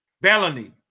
Bellamy